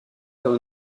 faire